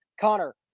Connor